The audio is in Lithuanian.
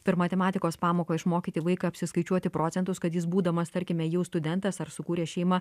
per matematikos pamoką išmokyti vaiką apsiskaičiuoti procentus kad jis būdamas tarkime jau studentas ar sukūręs šeimą